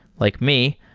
like me,